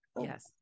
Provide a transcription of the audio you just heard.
yes